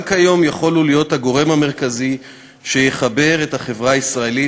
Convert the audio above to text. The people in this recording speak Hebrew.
גם כיום יכול הוא להיות הגורם המרכזי שיחבר את החברה הישראלית,